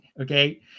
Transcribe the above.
okay